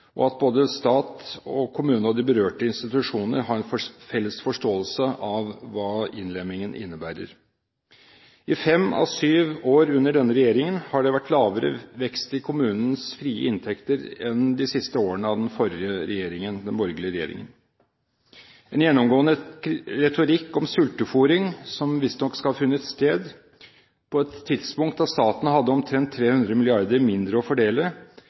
og at både stat og kommune og de berørte institusjoner har en felles forståelse av hva innlemmingen innebærer. I fem av syv år under denne regjeringen har det vært lavere vekst i kommunenes frie inntekter enn det var under de siste årene til den forrige regjeringen – den borgerlige regjeringen. En gjennomgående retorikk om sultefôring skal visstnok ha funnet sted. På et tidspunkt da staten hadde omtrent 300 mrd. kr mindre å fordele,